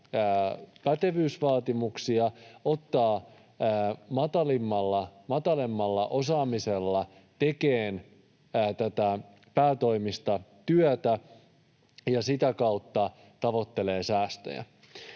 pätevyysvaatimuksia ja ottaa matalammalla osaamisella tekemään päätoimista työtä, ja sitä kautta tavoittelee säästöjä.